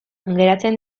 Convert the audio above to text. geratzen